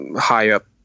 high-up